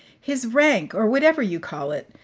his rank, or whatever you call it.